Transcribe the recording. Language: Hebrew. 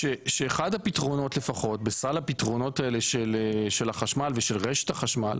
שאחד הפתרונות לפחות בסל הפתרונות האלה של החשמל ושל רשת החשמל,